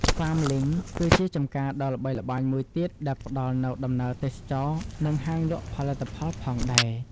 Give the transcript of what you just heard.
FarmLink ក៏ជាចម្ការដ៏ល្បីល្បាញមួយទៀត ដែលផ្តល់នូវដំណើរទេសចរណ៍ និងហាងលក់ផលិតផលផងដែរ ។